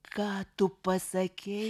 ką tu pasakei